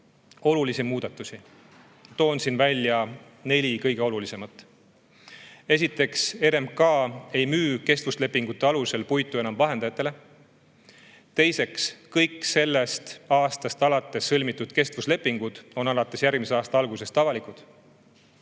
olulisi muudatusi. Toon siin välja neli kõige olulisemat. Esiteks, RMK ei müü enam kestvuslepingute alusel puitu vahendajatele. Teiseks, kõik alates sellest aastast sõlmitud kestvuslepingud on järgmise aasta algusest avalikud.